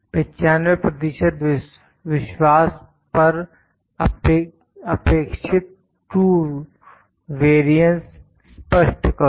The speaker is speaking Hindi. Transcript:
95 प्रतिशत विश्वास पर अपेक्षित ट्रू वेरियंस स्पष्ट करो